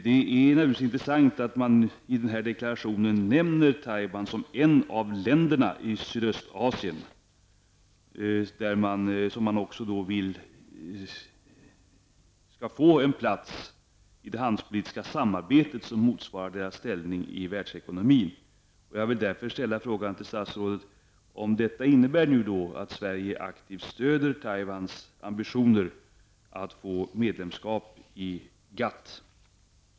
Det är intressant att man i den här deklarationen nämner Taiwan som ett av de länder i Sydöstasien som man vill skall få en plats i det handelspolitiska samarbetet som motsvarar deras ställning i världsekonomin. Jag vill därför fråga statsrådet om detta innebär att Sverige nu aktivt stöder Taiwans ambitioner att få medlemskap i GATT.